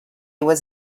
was